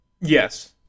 Yes